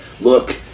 look